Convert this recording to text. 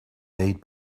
made